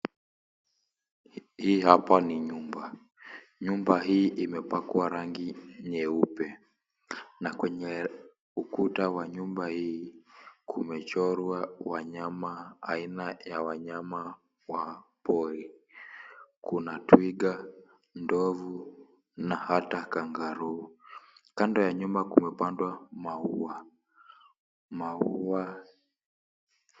Hii hapa ni nyumba. Nyumba hii imepakwa rangi nyeupe. Na kwenye ukuta wa nyumba hii kumechorwa wanyama aina ya wanyama wa pori kuna twiga, ndovu na hata kangaru. Kando ya nyumba kuwapandwa maua.